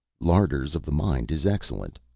larders of the mind is excellent,